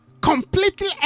Completely